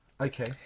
Okay